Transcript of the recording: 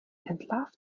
entlarvt